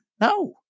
No